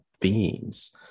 themes